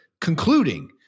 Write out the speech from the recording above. concluding